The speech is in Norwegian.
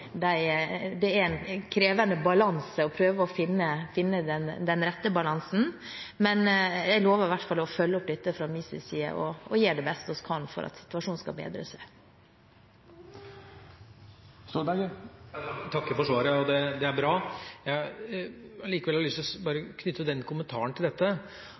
å finne den rette balansen. Jeg lover å følge opp dette og gjøre det beste jeg kan for at situasjonen skal bedre seg. Jeg takker for svaret. Det er bra. Men jeg har likevel lyst til å knytte en kommentar til dette.